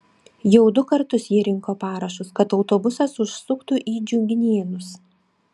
jau du kartus ji rinko parašus kad autobusas užsuktų į džiuginėnus